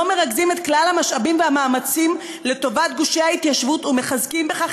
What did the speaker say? מרכזים את כלל המשאבים והמאמצים לטובת גושי ההתיישבות ומחזקים בכך